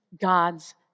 God's